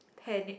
panic